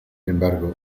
embargo